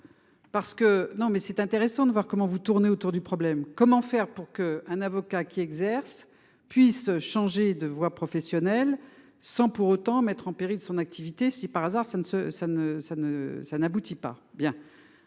non mais c'est intéressant de voir comment vous tournez autour du problème, comment faire pour qu'un avocat qui exerce puisse changer de voie professionnelle sans pour autant mettre en péril son activité si par hasard ça ne se